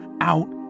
out